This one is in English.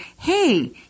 hey